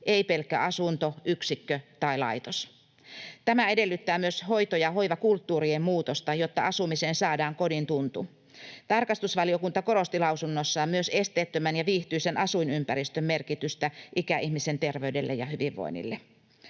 ei pelkkä asunto, yksikkö tai laitos. Tämä edellyttää myös hoito- ja hoivakulttuurien muutosta, jotta asumiseen saadaan kodin tuntu. Tarkastusvaliokunta korosti lausunnossaan myös esteettömän ja viihtyisän asuinympäristön merkitystä ikäihmisen terveydelle ja hyvinvoinnille.